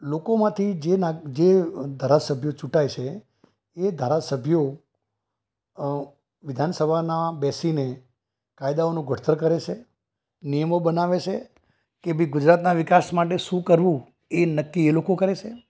લોકોમાંથી જે નાગ જે ધારાસભ્યો ચૂંટાય છે એ ધારાસભ્યો અ વિધાનસભામાં બેસીને કાયદાઓનું ઘડતર કરે છે નિયમો બનાવે છે કે ભાઈ ગુજરાતના વિકાસ માટે શું કરવું એ નક્કી એ લોકો કરે છે